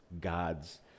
God's